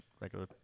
regular